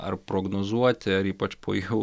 ar prognozuoti ar ypač po jų